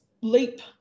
leap